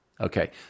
Okay